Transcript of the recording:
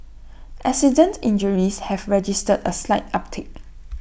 accident injuries have registered A slight uptick